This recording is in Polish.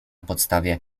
podstawie